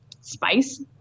spice